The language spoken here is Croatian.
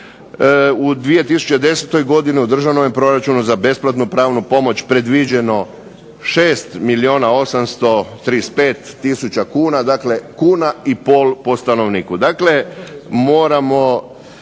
U 2010. godini u državnom proračunu za besplatnu pravnu pomoć predviđeno je 6 milijuna 835 tisuća kuna, dakle 1,5 kuna po stanovniku.